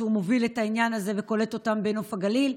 שמוביל את העניין וקולט אותם בנוף הגליל.